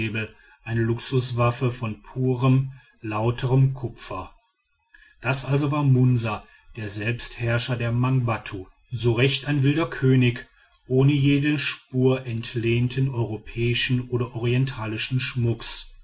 eine luxuswaffe von purem lauterm kupfer das also war munsa der selbstherrscher der mangbattu so recht ein wilder könig ohne jede spur entlehnten europäischen oder orientalischen schmucks